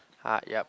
hard yup